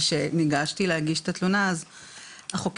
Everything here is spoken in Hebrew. כשניגשתי להגיש את התלונה, החוקרת